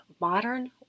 modern